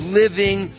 living